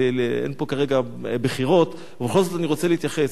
אין פה כרגע בחירות, ובכל זאת אני רוצה להתייחס.